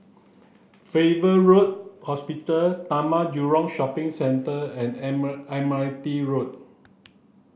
Farrer Road Hospital Taman Jurong Shopping Centre and Admiralty Road